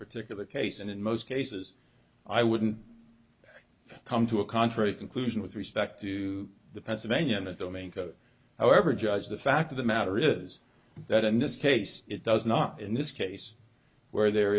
particular case and in most cases i wouldn't come to a contrary conclusion with respect to the pennsylvania domain however judge the fact of the matter is that in this case it does not in this case where there